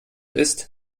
ist